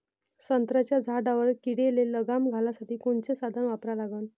संत्र्याच्या झाडावर किडीले लगाम घालासाठी कोनचे साधनं वापरा लागन?